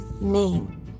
name